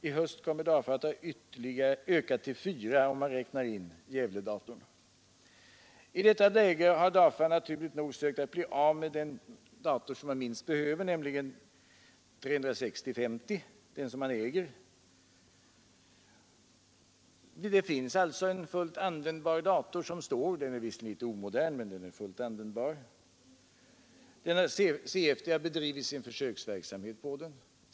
I höst kommer DAFA att ha ökat till fyra, om man räknar I detta läge har DAFA naturligt nog sökt bli av med den dator man minst behöver, nämligen 360/50, den som man äger. Det finns alltså en fullt användbar dator som står. Den är visserligen litet omodern, men den är fullt användbar. CFD har bedrivit sin försöksverksamhet på den.